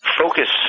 focus